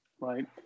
right